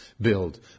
build